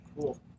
cool